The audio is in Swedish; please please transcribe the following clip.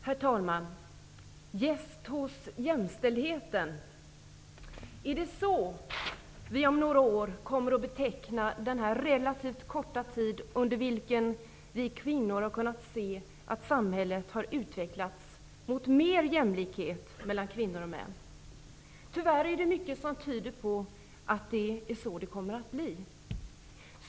Herr talman! Gäst hos jämställdheten -- är det så vi om några år kommer att beteckna den relativt korta tid under vilken vi kvinnor har kunnat se att samhället har utvecklats mot mer jämställdhet mellan kvinnor och män? Tyvärr är det mycket som tyder på att det kommer att bli så.